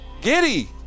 Giddy